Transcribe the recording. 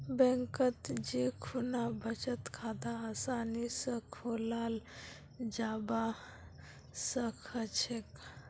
बैंकत जै खुना बचत खाता आसानी स खोलाल जाबा सखछेक